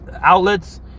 outlets